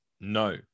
no